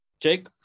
Jake